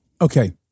okay